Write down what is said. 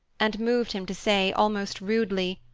and moved him to say, almost rudely,